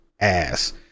ass